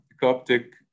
Coptic